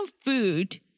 food